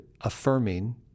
affirming